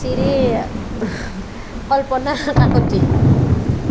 Shri Kalpana Kakati